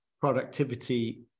productivity